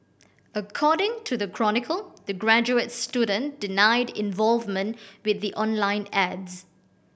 according to the Chronicle the graduate student denied involvement with the online ads